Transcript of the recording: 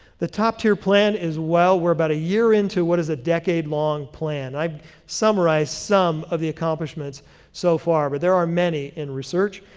the top tier plan a well, we're about a year into what is a decade long plan. i've summarized some of the accomplishments so far, but there are many in research,